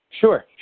sure